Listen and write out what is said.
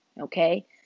Okay